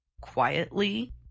quietly